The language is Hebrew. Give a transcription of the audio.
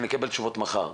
אני אקבל אותן מחר,